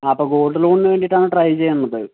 അപ്പം ഗോൾഡ് ലോണിന് വേണ്ടിയിട്ടാണ് ട്രൈ ചെയ്യുന്നത്